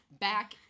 back